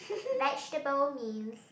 vegetable means